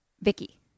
Vicky